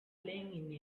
playing